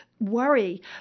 worry